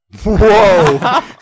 whoa